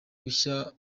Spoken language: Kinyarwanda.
bushya